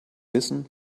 wissen